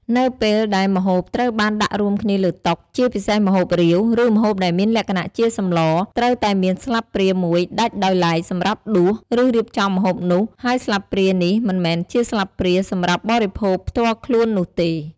នៅពេលដែលម្ហូបត្រូវបានដាក់រួមគ្នាលើតុ ជាពិសេសម្ហូបរាវ ឬម្ហូបដែលមានលក្ខណៈជាសម្លរ ត្រូវតែមានស្លាបព្រាមួយដាច់ដោយឡែកសម្រាប់ដួស ឬរៀបចំម្ហូបនោះ ហើយស្លាបព្រានេះមិនមែនជាស្លាបព្រាសម្រាប់បរិភោគផ្ទាល់ខ្លួននោះទេ។